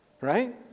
right